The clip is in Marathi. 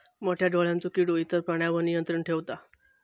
मोठ्या डोळ्यांचो किडो इतर प्राण्यांवर नियंत्रण ठेवता